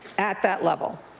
at that level.